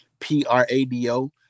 p-r-a-d-o